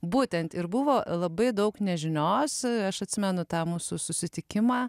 būtent ir buvo labai daug nežinios aš atsimenu tą mūsų susitikimą